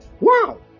Wow